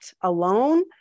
alone